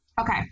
Okay